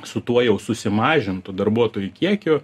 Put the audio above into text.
su tuo jau susimažintu darbuotojų kiekiu